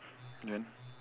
then